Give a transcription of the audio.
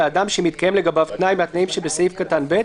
לאדם שמתקיים לגביו תנאי מהתנאים שבסעיף קטן (ב),